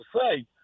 say